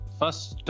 first